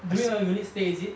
during your unit stay is it